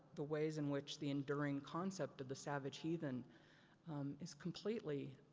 the ways in which the enduring concept of the savage heathen is completely